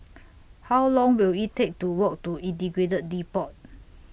How Long Will IT Take to Walk to Integrated Depot